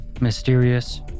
mysterious